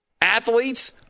athletes